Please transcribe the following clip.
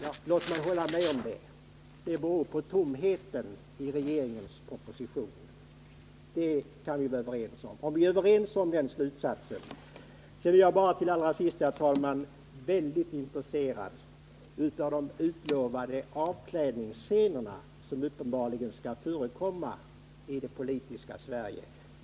Ja, låt mig hålla med om det — det beror på tomheten i regeringens proposition. Vi kan alltså vara överens om den slutsatsen. Allra sist vill jag säga att jag är mycket intresserad av de utlovade avklädningsscenerna som uppenbarligen skall förekomma i det politiska Sverige.